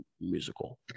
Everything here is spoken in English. musical